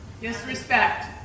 Disrespect